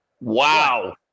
Wow